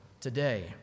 today